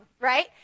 right